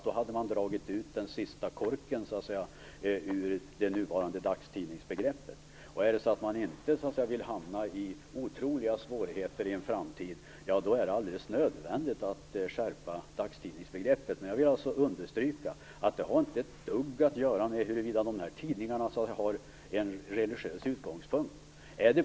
Då hade man dragit ur den sista korken ur det nuvarande dagstidningsbegreppet. Om man inte vill hamna i otroliga svårigheter i framtiden, är det alldeles nödvändigt att dagstidningsbegreppet skärps. Men jag vill alltså understryka att det inte har ett dugg att göra med huruvida dessa tidningar har en religiös utgångspunkt.